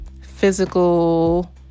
physical